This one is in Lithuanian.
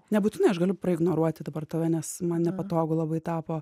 nebūtinai aš galiu ignoruoti dabar tave nes man nepatogu labai tapo